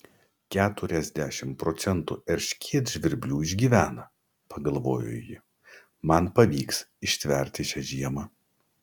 keturiasdešimt procentų erškėtžvirblių išgyvena pagalvojo ji man pavyks ištverti šią žiemą